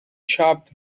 chopped